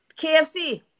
KFC